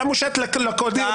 לקדנציה הבאה?